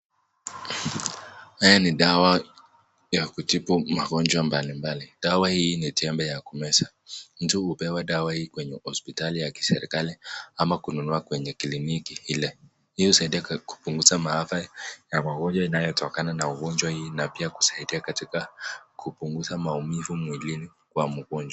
Haya ni dawa ya kutibu magonjwa mbalimbali. Dawa hii ni tembe ya kumeza, mtu hupewa dawa hii kwenye hospitali ya kiserikali ama kununa kwenye kliniki ile. Hii husaidia kupunguza maafa ya magonjwa inayotokana na ugonjwa hii na pia kusaidia katika kupunguza maumivu mwilini kwa mgonjwa.